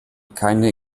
keine